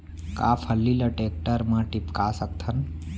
का फल्ली ल टेकटर म टिपका सकथन?